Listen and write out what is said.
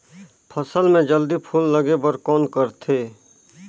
फसल मे जल्दी फूल लगे बर कौन करथे?